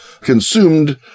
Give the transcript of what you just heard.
consumed